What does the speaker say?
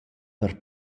per